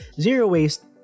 zero-waste